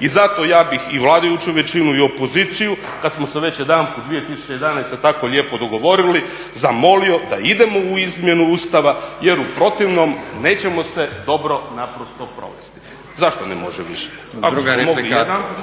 I zato ja bih i vladajuću većinu i opoziciju kad smo se već jedanput 2011. tako lijepo dogovorili zamolio da idemo u izmjenu Ustava jer u protivnom nećemo se dobro naprosto provesti. Zašto ne može više? Ako smo mogli jedanput